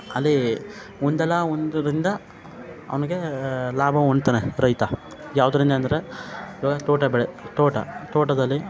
ಅಲ್ಲಿ ಒಂದಲ್ಲಾ ಒಂದರಿಂದ ಅವ್ನಿಗೆ ಲಾಭ ಉಣ್ತಾನೆ ರೈತ ಯಾವುದ್ರಿಂದ ಅಂದರೆ ಇವಾಗ ತೋಟ ಬೆಳೆ ತೋಟ ತೋಟದಲ್ಲಿ